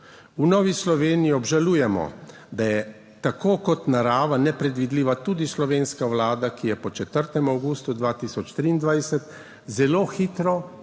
V Novi Sloveniji obžalujemo, da je tako kot narava, nepredvidljiva tudi slovenska Vlada, ki je po 4. avgustu 2023 zelo hitro